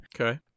Okay